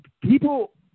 people